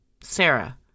Sarah